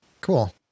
Cool